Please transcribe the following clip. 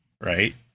Right